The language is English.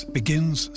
begins